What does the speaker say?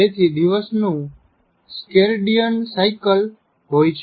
તેથી દિવસનું circadian cycle હોઈ છે